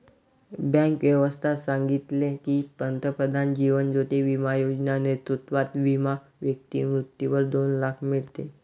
bank व्यवस्था सांगितले की, पंतप्रधान जीवन ज्योती बिमा योजना नेतृत्वात विमा व्यक्ती मृत्यूवर दोन लाख मीडते